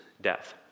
death